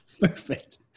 Perfect